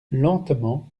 lentement